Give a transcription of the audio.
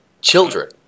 children